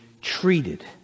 treated